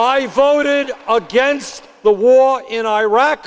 i voted against the war in iraq